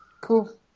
Cool